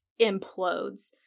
implodes